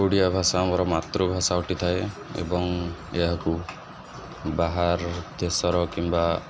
ଓଡ଼ିଆ ଭାଷା ଆମର ମାତୃଭାଷା ଅଟିଥାଏ ଏବଂ ଏହାକୁ ବାହାର ଦେଶର କିମ୍ବା